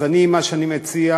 אז אני, מה שאני מציע,